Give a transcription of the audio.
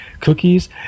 cookies